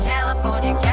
California